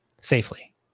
safely